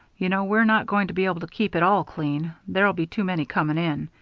you know we're not going to be able to keep it all clean there'll be too many coming in.